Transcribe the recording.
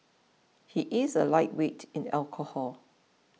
he is a lightweight in alcohol